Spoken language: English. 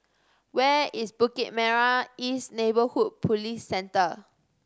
where is Bukit Merah East Neighbourhood Police Centre